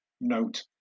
Note